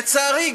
לצערי,